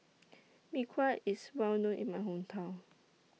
Mee Kuah IS Well known in My Hometown